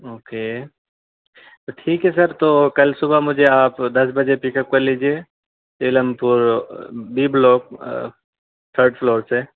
okay تو ٹھیک ہے سر تو کل صبح مجھے آپ دس بجے پک اپ کر لیجیے Seelampur B block third floor سے